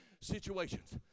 situations